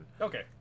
Okay